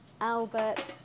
albert